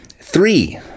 Three